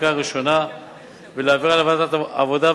בקריאה ראשונה ולהעבירה לוועדת העבודה,